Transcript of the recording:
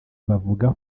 bavuga